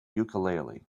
ukulele